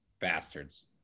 Bastards